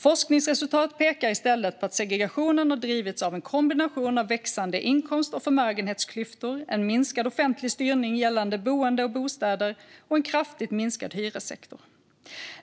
Forskningsresultat pekar i stället på att segregationen har drivits av en kombination av växande inkomst och förmögenhetsklyftor, en minskad offentlig styrning gällande boende och bostäder och en kraftigt minskad hyressektor.